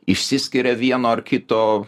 išsiskiria vieno ar kito